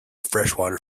freshwater